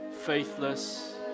faithless